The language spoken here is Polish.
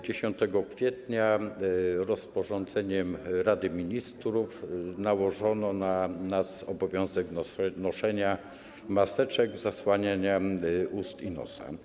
10 kwietnia rozporządzeniem Rady Ministrów nałożono na nas obowiązek noszenia maseczek, zasłaniania ust i nosa.